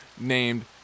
named